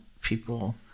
people